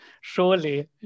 Surely